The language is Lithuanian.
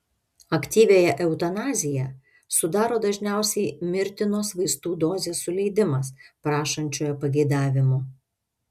aktyviąją eutanaziją sudaro dažniausiai mirtinos vaistų dozės suleidimas prašančiojo pageidavimu